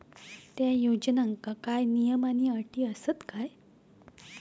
त्या योजनांका काय नियम आणि अटी आसत काय?